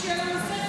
יש לי שאלה נוספת.